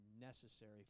necessary